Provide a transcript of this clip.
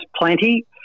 plenty